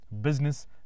business